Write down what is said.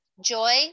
joy